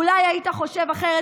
אולי היית חושב אחרת.